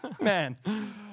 Man